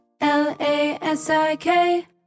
L-A-S-I-K